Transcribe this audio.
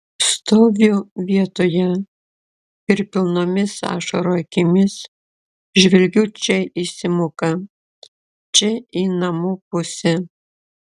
stoviu vietoje ir pilnomis ašarų akimis žvelgiu čia į simuką čia į namų pusę